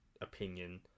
opinion